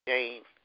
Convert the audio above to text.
Jane